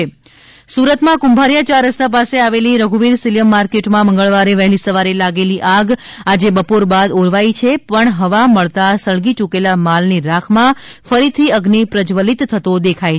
સુરત માં આગ સુરતમાં કુંભારિયા ચાર રસ્તા પાસે આવેલી રધુવીર સિલિયમ માર્કેટ માં મંગલવારે વહેલી સવારે લાગેલી આગ આજે બપોર બાદ હોલવાઈ છે પણ હવા મળતા સળગી ચૂકેલા માલ ની રાખ માં ફરીથી અઝ્ઝિ પ્રજાવલ્લિત થતો દેખાય છે